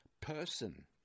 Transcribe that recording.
person